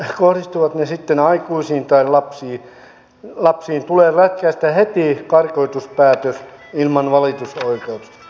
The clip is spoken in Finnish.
kohdistuvat ne sitten aikuisiin tai lapsiin tulee lätkäistä heti karkotuspäätös ilman valitusoikeutta